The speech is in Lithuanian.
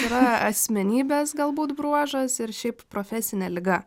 yra asmenybės galbūt bruožas ir šiaip profesinė liga